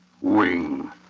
Wing